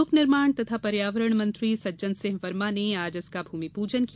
लोक निर्माण तथा पर्यावरण मंत्री सज्जनसिंह वर्मा ने आज इसका भूमि पूजन किया